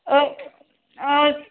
औ